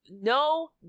No